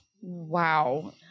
Wow